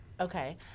Okay